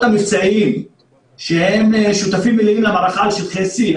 המבצעיים ששותפים מלאים למערכה על שטחי C,